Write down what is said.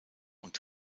und